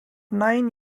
nine